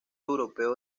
europeo